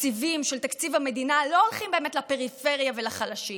התקציבים של תקציב המדינה לא הולכים באמת לפריפריה ולחלשים